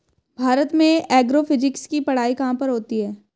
भारत में एग्रोफिजिक्स की पढ़ाई कहाँ पर होती है?